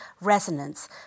resonance